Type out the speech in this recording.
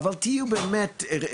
אבל תהיו באמת יותר,